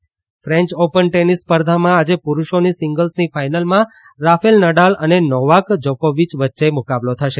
French Open French Open tennis સ્પર્ધામાં આજે પુરુષોની સિંગલ્સની ફાઈનલમાં રાફેલ નડાલ અને નોવાક જોકોવીય વચ્ચે મુકાબલો થશે